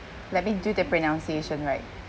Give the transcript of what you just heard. let me do the pronounciation right